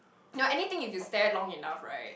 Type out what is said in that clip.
no anything if you stared it long enough right